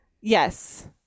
Yes